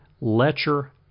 Letcher